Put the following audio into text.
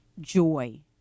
joy